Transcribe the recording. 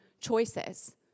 choices